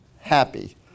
happy